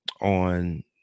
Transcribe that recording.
on